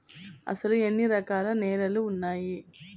అసలు ఎన్ని రకాల నేలలు వున్నాయి?